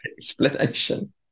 Explanation